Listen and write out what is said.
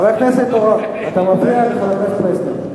חבר הכנסת אורון, אתה מפריע לחבר הכנסת פלסנר.